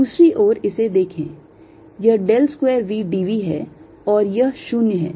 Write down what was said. दूसरी ओर इसे देखें यह del square V d v है और यह 0 है